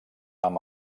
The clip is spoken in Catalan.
amb